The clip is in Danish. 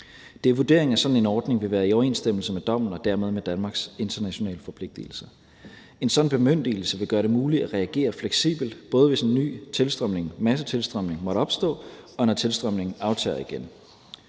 Det er vurderingen, at sådan en ordning vil være i overensstemmelse med dommen og dermed med Danmarks internationale forpligtelser. En sådan bemyndigelse vil gøre det muligt at reagere fleksibelt, både hvis en ny massetilstrømning måtte opstå, og når tilstrømningen aftager igen.